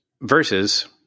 Versus